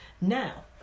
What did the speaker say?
Now